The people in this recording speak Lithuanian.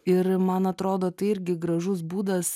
ir man atrodo tai irgi gražus būdas